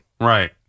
Right